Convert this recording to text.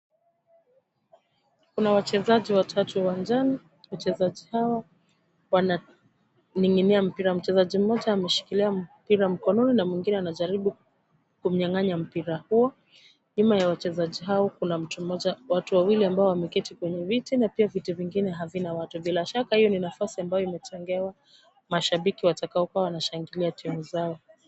Kuna wachezaji watatu uwanjani. Wachezaji hao wananinginia mpira. Mchezaji mmoja ameshikilia mpira mkononi na mwingine anajaribu kumnyanganya mpira huo. Nyuma ya wachezaji hao kuna mtu mmmoja watu wawili ambao wameketi kwenye viti na pia viti vingine havina watu. Bila shaka hio ni nafasi ambayo imetengewa mashabiki watakao kuwa wanashangilia timu zao.